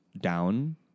down